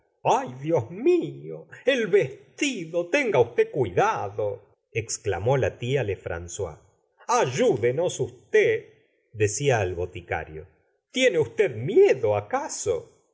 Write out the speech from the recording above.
ay dios mio el vestido tenga usted cuidado exclamó la tia lefrancois ayúdenos usted decia al boticario tiene usted miedo acaso